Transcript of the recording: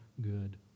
good